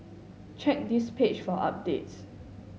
check this page for updates